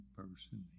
person